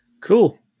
Cool